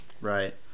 Right